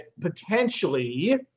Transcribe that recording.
potentially